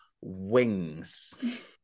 Wings